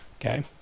Okay